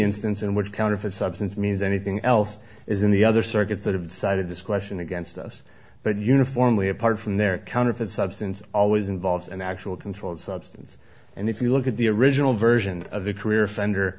instance in which counterfeit substance means anything else is in the other circuits that have decided this question against us but uniformly apart from their counterfeit substance always involves an actual controlled substance and if you look at the original version of the career offender